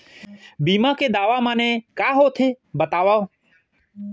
बीमा के दावा माने का होथे बतावव?